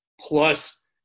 plus